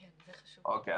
אוקיי.